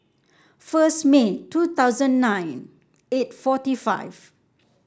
first May two thousand nine eight forty five